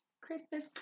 Christmas